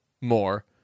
more